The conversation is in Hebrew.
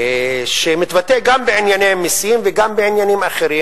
שמתבטא גם בענייני המסים וגם בעניינים אחרים,